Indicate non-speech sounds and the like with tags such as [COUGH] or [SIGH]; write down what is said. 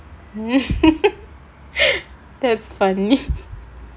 [LAUGHS] that's funny